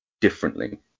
differently